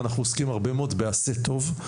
אנחנו עוסקים הרבה מאוד בעשה טוב,